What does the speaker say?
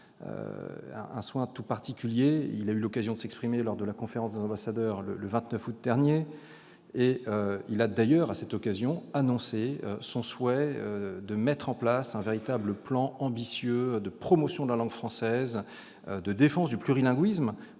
un soin particulier : il a eu l'occasion de s'exprimer lors de la Conférence des ambassadeurs le 29 août dernier, en annonçant son souhait de mettre en place un plan ambitieux de promotion de la langue française, de défense du plurilinguisme.